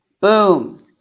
Boom